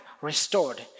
restored